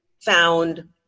found